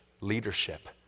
leadership